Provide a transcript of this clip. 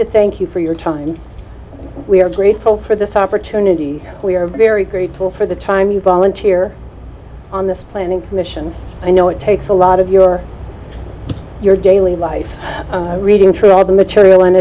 to thank you for your time we are grateful for this opportunity we are very grateful for the time you volunteer on this planning commission i know it takes a lot of your your daily life reading through all the material and